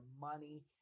money